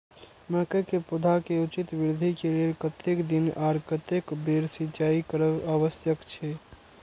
मके के पौधा के उचित वृद्धि के लेल कतेक दिन आर कतेक बेर सिंचाई करब आवश्यक छे?